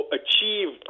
achieve